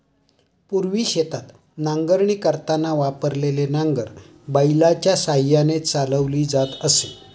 पूर्वी शेतात नांगरणी करताना वापरलेले नांगर बैलाच्या साहाय्याने चालवली जात असे